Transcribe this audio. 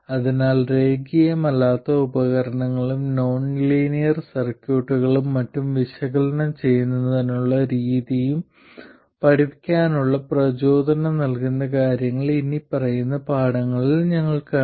അതിനാൽ രേഖീയമല്ലാത്ത ഉപകരണങ്ങളും നോൺലീനിയർ സർക്യൂട്ടുകളും മറ്റും വിശകലനം ചെയ്യുന്നതിനുള്ള രീതിയും പഠിക്കാനുള്ള പ്രചോദനം നൽകുന്ന കാര്യങ്ങൾ ഇനിപ്പറയുന്ന പാഠങ്ങളിൽ ഞങ്ങൾ കാണും